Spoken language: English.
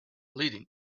leading